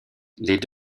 les